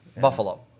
Buffalo